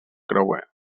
creuer